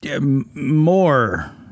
more